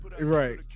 Right